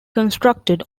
constructed